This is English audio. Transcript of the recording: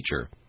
Teacher